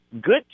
Good